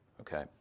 Okay